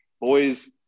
boys